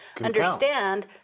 understand